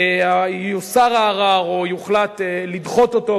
ויוסר הרע או יוחלט לדחות אותו,